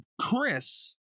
Chris